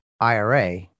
IRA